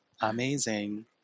amazing